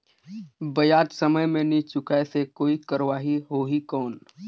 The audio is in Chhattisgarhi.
ब्याज समय मे नी चुकाय से कोई कार्रवाही होही कौन?